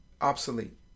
obsolete